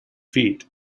feet